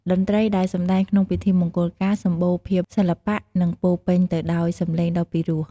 តន្រ្ដីដែលសម្ដែងក្នុងពិធីមង្គលការ សម្បូរភាពសិល្បៈ និង ពោរពេញទៅដោយសម្លេងដ៏ពិរោះ។